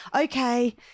Okay